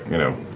you know,